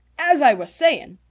as i was saying,